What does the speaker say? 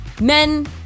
Men